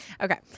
Okay